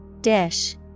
Dish